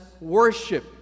worship